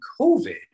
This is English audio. COVID